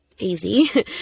easy